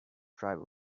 tribal